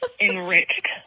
enriched